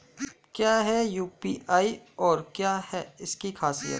क्या है यू.पी.आई और क्या है इसकी खासियत?